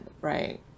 right